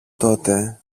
τότε